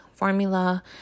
formula